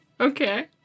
Okay